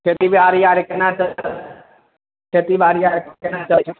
खेतीबाड़ी आओर कोना चलै छै खेतीबाड़ी आओर कोना चलै छै